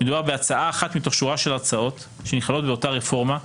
מדובר בהצעה אחת מתוך שורה של הצעות שנכללו במסגרת אותה רפורמה,